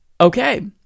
Okay